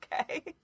Okay